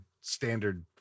standard